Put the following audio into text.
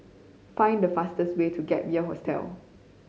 find the fastest way to Gap Year Hostel